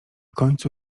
końcu